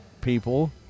people